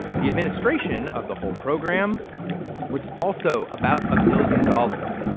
the administration of the whole program was also about a million dollars.